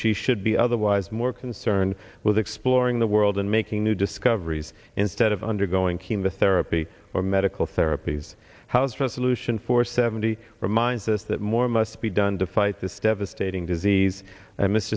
she should be otherwise more concerned with exploring the world and making new discoveries instead of undergoing chemotherapy or medical therapies house resolution four seventy reminds us that more must be done to fight this devastating disease